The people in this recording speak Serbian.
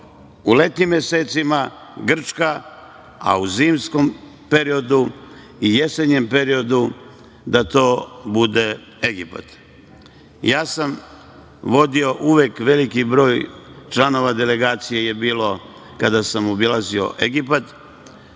U letnjim mesecima Grčka, a u zimskom i jesenjem periodu da to bude Egipat. Uvek je veliki broj članova delegacije bio kada sam obilazio Egipat.